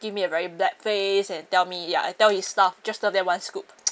give me a very black face and tell me ya and tell his staff just serve them one scope